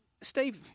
Steve